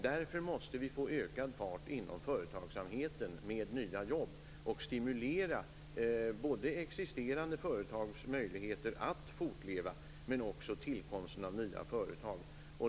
Därför måste vi få ökad fart inom företagsamheten med nya jobb och stimulans av både existerande företags möjligheter att fortleva och tillkomst av nya företag.